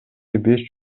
беш